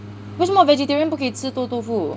为什么 vegetarian 不可以吃臭豆腐